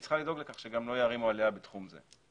היא צריכה לדאוג לכך שגם לא יערימו עליה בתחום הזה.